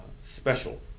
special